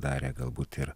darė galbūt ir